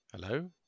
Hello